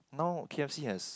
now K_F_C has